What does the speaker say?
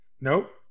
Nope